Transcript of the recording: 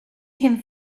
him